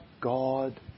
God